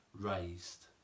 raised